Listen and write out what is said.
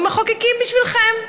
ומחוקקים בשבילכם.